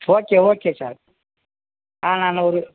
okay okay sir நாங்கள் ஒரு